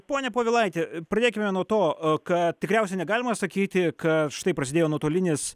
pone povilaiti pradėkime nuo to kad tikriausiai negalima sakyti kad štai prasidėjo nutolinis